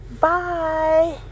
Bye